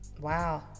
wow